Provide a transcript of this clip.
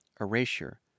erasure